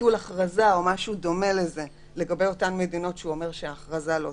על מדינות מסוימות.